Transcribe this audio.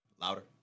louder